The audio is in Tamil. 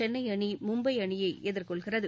சென்னை அணி மும்பை அணியை எதிர்கொள்கிறது